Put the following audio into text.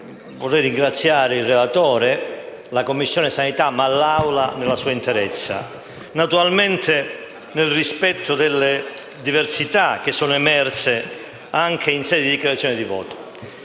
vorrei ringraziare il relatore, la Commissione sanità e l'Assemblea nella sua interezza, naturalmente nel rispetto delle diversità che sono emerse anche in sede di dichiarazione di voto.